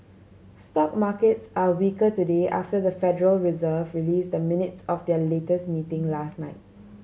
stock markets are weaker today after the Federal Reserve released the minutes of their latest meeting last night